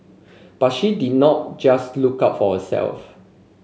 but she did not just look out for herself